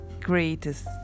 greatest